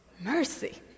mercy